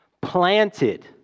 planted